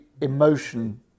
emotion